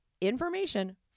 information